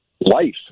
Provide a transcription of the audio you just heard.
life